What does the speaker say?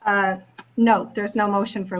o no there's no motion for